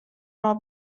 راه